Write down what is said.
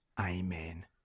Amen